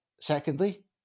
Secondly